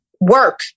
work